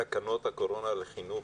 בתקנות הקורונה לחינוך,